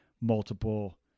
multiple